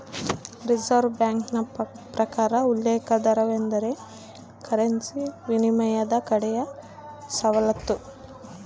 reserve ಬ್ಯಾಂಕಿನ ಪ್ರಕಾರ ಉಲ್ಲೇಖ ದರವೆಂದರೆ ಕರೆನ್ಸಿ ವಿನಿಮಯದ ಕಡೆಯ ವಸಾಹತು